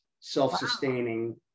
self-sustaining